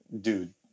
dude